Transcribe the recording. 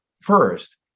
first